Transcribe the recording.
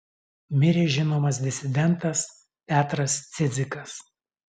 mirė žinomas disidentas petras cidzikas